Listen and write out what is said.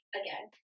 again